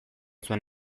zuen